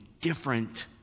different